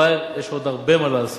אבל יש עוד הרבה מה לעשות.